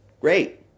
Great